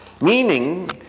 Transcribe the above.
meaning